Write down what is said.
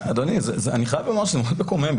אדוני, אני חייב לומר שזה קצת מקומם.